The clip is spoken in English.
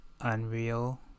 Unreal